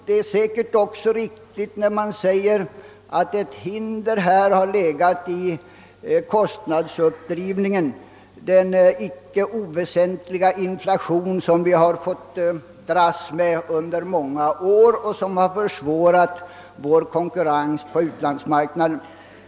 Det är säkerligen också riktigt, såsom det har framhållits, att ett hinder härför har varit kostnadsuppdrivningen genom den icke oväsentliga inflation, som vi har fått dras med under många år och som har minskat vår konkurrenskraft på utlandsmarknaden.